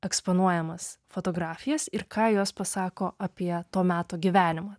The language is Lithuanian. eksponuojamas fotografijas ir ką jos pasako apie to meto gyvenimą